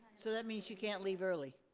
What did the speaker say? so that means you can't leave early.